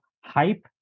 hype